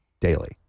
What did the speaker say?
daily